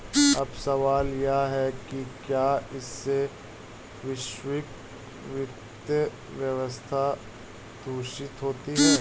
अब सवाल यह है कि क्या इससे वैश्विक वित्तीय व्यवस्था दूषित होती है